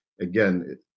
again